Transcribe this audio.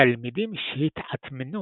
תלמידים שהתעת'מנו